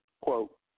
Quote